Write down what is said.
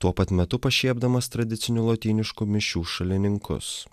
tuo pat metu pašiepdamas tradicinių lotyniškų mišių šalininkus